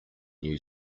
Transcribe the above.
new